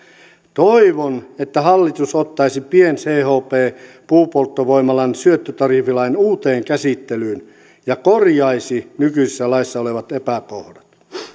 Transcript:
toivon että hallitus ottaisi pien chp puupolttovoimalan syöttötariffilain uuteen käsittelyyn ja korjaisi nykyisessä laissa olevat epäkohdat